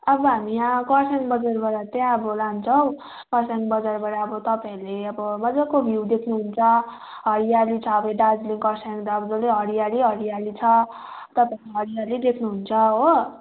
अब हामी यहाँ खरसाङ बजारबाट चाहिँ लान्छौँ खरसाङ बजारबाट अब तपाईँहरूले अब मज्जाको भ्यू देख्नुहुन्छ हरियाली छ अब दार्जिलिङ खरसाङ त अब डल्लै हरियाली हरियाली छ तपाईँहरूले हरियाली देख्नुहुन्छ हो